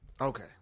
Okay